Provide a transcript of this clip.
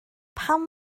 pam